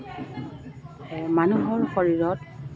মানুহৰ শৰীৰত